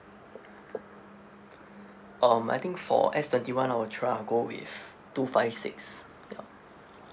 um I think for S twenty one ultra I'll go with two five six